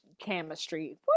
chemistry